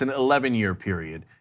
and eleven year period,